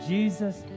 Jesus